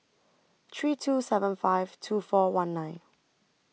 three two seven five two four one nine